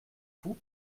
fou